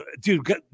dude